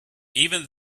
even